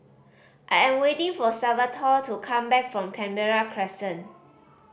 I am waiting for Salvatore to come back from Canberra Crescent